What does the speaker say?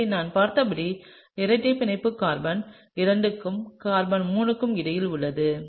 எனவே நாம் பார்த்தபடி இரட்டை பிணைப்பு கார்பன் 2 க்கும் கார்பன் 3 க்கும் இடையில் உள்ளது